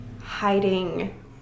hiding